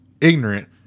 ignorant